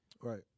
right